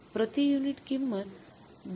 प्रति युनिट किंमत २